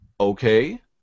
Okay